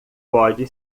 pode